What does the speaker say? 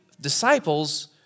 disciples